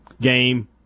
game